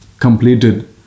Completed